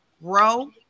grow